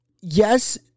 yes